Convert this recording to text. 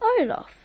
Olaf